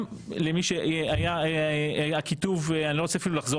גם ה כיתוב אני אפילו לא רוצה לחזור